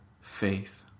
faith